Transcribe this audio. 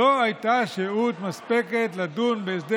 זה לא כאילו שרוצים לקדם עוד נשים,